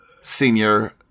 senior